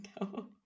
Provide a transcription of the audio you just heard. no